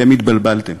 אתם התבלבלתם.